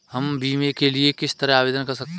हम बीमे के लिए किस तरह आवेदन कर सकते हैं?